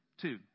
Two